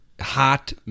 hot